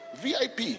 vip